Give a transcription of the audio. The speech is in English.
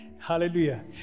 hallelujah